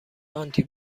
آنتی